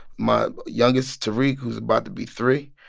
my youngest, tariq, who's about to be three,